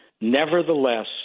Nevertheless